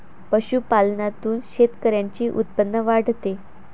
पशुपालनातून शेतकऱ्यांचे उत्पन्न वाढते